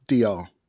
DR